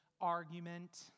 argument